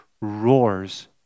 roars